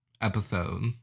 episode